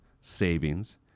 savings